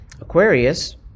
aquarius